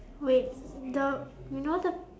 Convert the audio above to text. wait the you know the